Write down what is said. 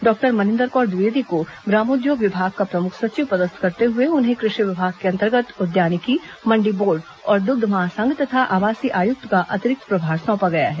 doctor Maninder Kaur Dwivedi को ग्रामोद्योग विभाग का प्रमुख सचिव पदस्थ करते हुए उन्हें कृषि विभाग के अंतर्गत उद्यानिकी मण्डी बोर्ड और दुग्ध महासंघ तथा आवासीय आयुक्त का अतिरिक्त प्रभार सौंपा गया है